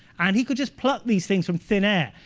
and he could just pluck these things from thin air.